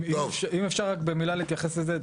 אם אפשר רק במילה להתייחס לזה,